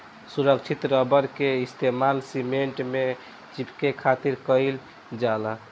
असुरक्षित रबड़ के इस्तेमाल सीमेंट में चिपके खातिर कईल जाला